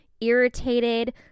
irritated